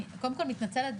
אני קודם כול מתנצלת,